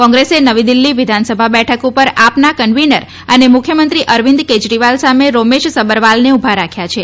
કોંગ્રેસે નવી દિલ્ફી વિધાનસભા બેઠક ઉપર આપના કન્વીનર અને મુખ્યમંત્રી અરવિંદ કેજરીવાલ સામે રોમેશ સબરવાલને ઉભા રાખ્યા છે